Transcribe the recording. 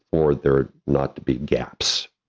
or they're not to be gaps,